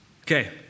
Okay